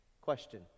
question